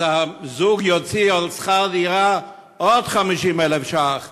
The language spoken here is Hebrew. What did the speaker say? אז הזוג יוציא על שכר-דירה עוד 50,000 ש"ח.